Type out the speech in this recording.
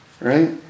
Right